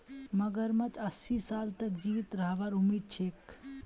मगरमच्छक अस्सी साल तक जीवित रहबार उम्मीद छेक